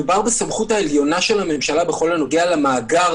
מדובר בסמכות העליונה של הממשלה בכל הנוגע למאגר,